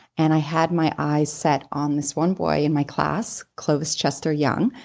and i had my eye set on this one boy in my class, clovis chester young,